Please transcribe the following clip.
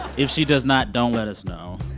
if she does not, don't let us know